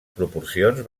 proporcions